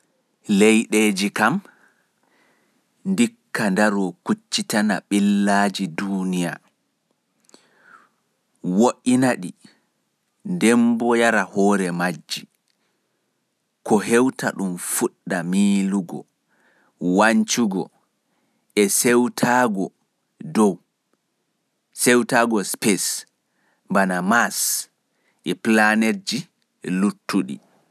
Leiɗe kam ndikka ndaro kuccitana ɓillaaji duniya, kona ɗi, yara hore maji ko hewta ɗun fuɗɗa milugo haala wancugo dow.